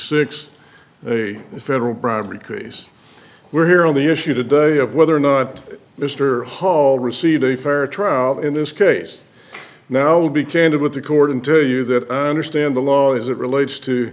six a federal bribery case we're here on the issue today of whether or not mr hall received a fair trial in this case now will be candid with according to you that i understand the law as it relates to